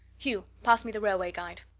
hugh, pass me the railway guide.